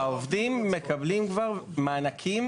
העובדים מקבלים כבר מענקים